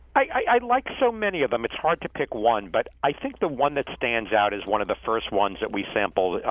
i like so many of them it's hard to pick one. but i think the one that stands out is one of the first ones that we sampled.